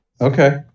okay